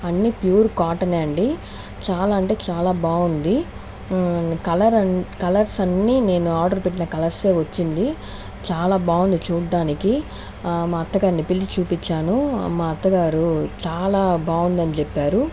అన్ని pure cotton ఏ అండి చాలా అంటే చాలా బాగుంది కలర్ అం కలర్స్ అన్ని నేను ఆర్డర్ పెట్టిన కలర్స్ ఏ వచ్చింది చాలా బాగుంది చూడ్డానికి మా అత్తగారిని పిలిచి చూపించాను మా అత్తగారు చాలా బాగుందని చెప్పారు